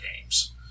games